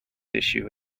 issue